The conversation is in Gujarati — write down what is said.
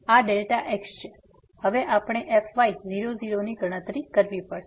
હવે આપણે fy0 0 ની ગણતરી કરવી પડશે